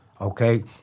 okay